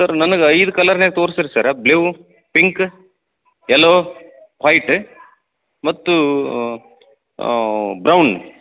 sir ನನಗೆ ಐದು ಕಲರ್ನಾಗ್ ತೋರಿಸ್ರಿ sir blue pink yellow white ಮತ್ತು ಬ್ರೌನ್